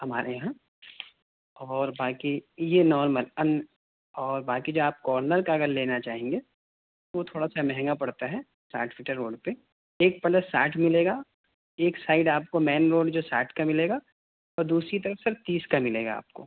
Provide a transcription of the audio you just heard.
ہمارے یہاں اور باقی یہ نارمل ان اور باقی جو آپ کارنر کا آپ لینا چاہیں گے وہ تھوڑا سا مہنگا پڑتا ہے ساٹھ فٹا روڈ پہ ایک پلس ساٹھ ملے گا ایک سائڈ آپ کو مین روڈ جو ساٹھ کا ملے گا اور دوسری طرف سر تیس کا ملے گا آپ کو